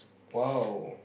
!wow!